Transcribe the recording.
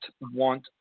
want